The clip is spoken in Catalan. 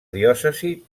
diòcesi